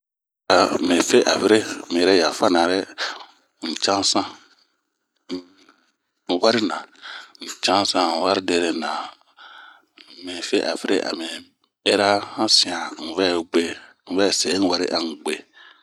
Ah mi fe afere ,mi yɛrɛ yafana dɛ, n'casan un wari na, n'cansan un wari deree na, mi fe afere ami ɛra ha sian, un vɛ gue, un vɛse un wari an un gue.